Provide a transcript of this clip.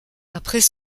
après